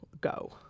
go